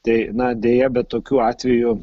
tai na deja bet tokių atvejų